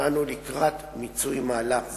ואנו לקראת מיצוי מהלך זה.